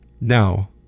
Now